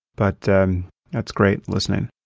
but um it's great listening.